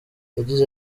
yagize